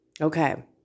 Okay